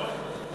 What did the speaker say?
לא.